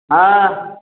हाँ